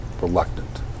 reluctant